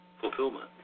fulfillment